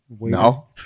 No